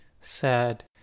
sad